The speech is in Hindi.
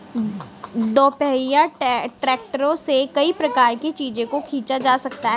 दोपहिया ट्रैक्टरों से कई प्रकार के चीजों को खींचा जा सकता है